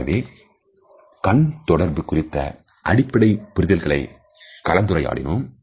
எனவே கண் தொடர்பு குறித்த அடிப்படை புரிதல்களை கலந்துரையாடினோம்